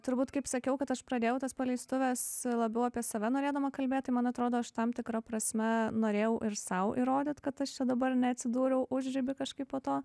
turbūt kaip sakiau kad aš pradėjau tas paleistuves labiau apie save norėdama kalbėti man atrodo aš tam tikra prasme norėjau ir sau įrodyt kad aš dabar neatsidūriau užriby kažkaip po to